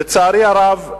לצערי הרב,